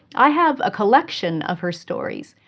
i have a collection of her stories,